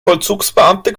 vollzugsbeamte